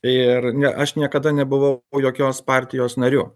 ir ne aš niekada nebuvau jokios partijos nariu